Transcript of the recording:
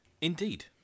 indeed